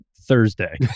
Thursday